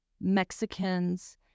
Mexicans